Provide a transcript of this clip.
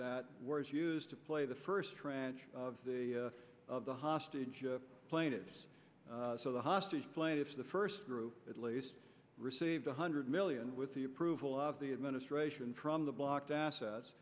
that word is used to play the first tranche of the of the hostages plaintiffs so the hostages plaintiffs the first group at least received one hundred million with the approval of the administration from the blocked assets